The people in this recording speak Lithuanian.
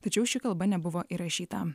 tačiau ši kalba nebuvo įrašyta